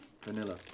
vanilla